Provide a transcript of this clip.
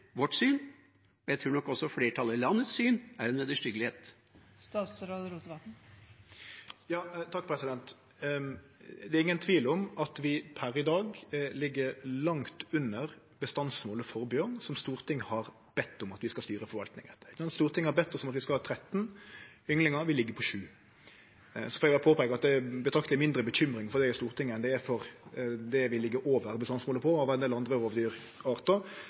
vårt syn – og jeg tror nok også flertallet i landets syn – er en vederstyggelighet? Det er ingen tvil om at vi per i dag ligg langt under bestandsmålet for bjørn som Stortinget har bedt om at vi skal styre forvaltninga etter. Stortinget har bedt oss om at vi skal ha 13 ynglingar. Vi ligg på sju. Så får eg påpeike at det er betrakteleg mindre bekymring for det i Stortinget enn det er for det vi ligg over bestandsmålet på, som gjeld ein del andre